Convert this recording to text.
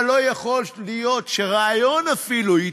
אבל לא יכול להיות שיתהווה אפילו רעיון